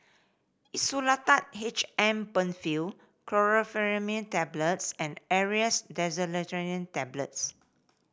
Insulatard H M Penfill Chlorpheniramine Tablets and Aerius Tablets